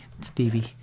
Stevie